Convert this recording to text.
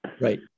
Right